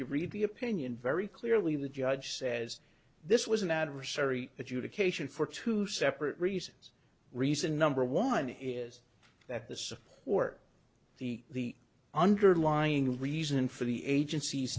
you read the opinion very clearly the judge says this was an adversary adjudication for two separate reasons reason number one is that the support the underlying reason for the agenc